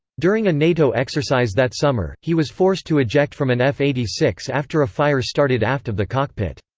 during a nato exercise that summer, he was forced to eject from an f eighty six after a fire started aft of the cockpit.